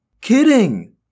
Kidding